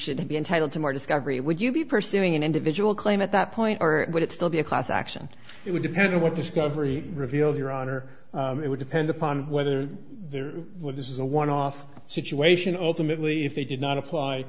should be entitled to more discovery would you be pursuing an individual claim at that point or would it still be a class action it would depend on what discovery reveals your honor it would depend upon whether there were this is a one off situation ultimately if they did not apply